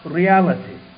reality